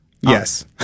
Yes